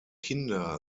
kinder